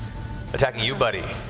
attacking you, buddy.